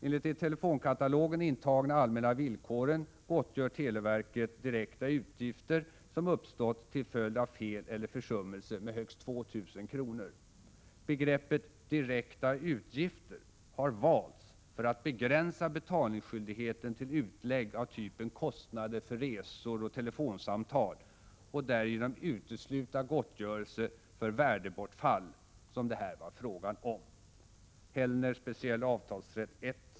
Enligt de i telefonkatalogen intagna allmänna villkoren gottgör televerket direkta utgifter som uppstått till följd av fel eller försummelse med högst 2 000 kr. Begreppet ”direkta utgifter” har valts för att begränsa betalningsskyldigheten till utlägg av typen kostnader för resor och telefonsamtal och därigenom utesluta gottgörelse för värdebortfall som det här var fråga om .